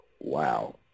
Wow